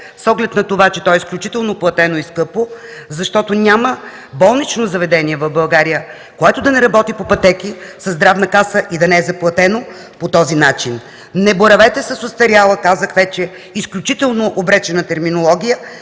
с оглед на това, че то е изключително платено и скъпо. Няма болнично заведение в България, което да не работи по пътеки със Здравната каса и да не е заплатено по този начин. Не боравете с остаряла, казах вече, изключително обречена терминология!